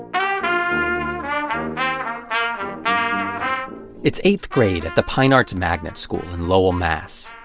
um it's eighth grade at the pyne arts magnet school in lowell, mass.